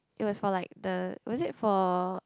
it was for like the was it for